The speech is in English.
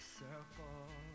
circle